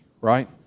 right